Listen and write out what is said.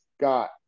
got